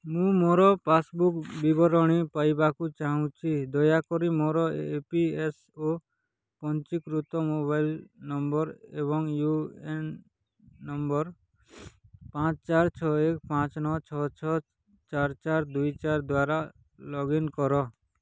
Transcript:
ମୁଁ ମୋର ପାସ୍ବୁକ୍ ବିବରଣୀ ପାଇବାକୁ ଚାହୁଁଛି ଦୟାକରି ମୋର ଇ ପି ଏଫ୍ ଓ ପଞ୍ଜୀକୃତ ମୋବାଇଲ୍ ନମ୍ବର୍ ଏବଂ ୟୁ ଏନ୍ ନମ୍ବର୍ ପାଞ୍ଚ ଚାରି ଛଅ ଏକ ପାଞ୍ଚ ନଅ ଛଅ ଛଅ ଚାରି ଚାରି ଦୁଇ ଚାରି ଦ୍ଵାରା ଲଗ୍ଇନ୍ କର